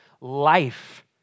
life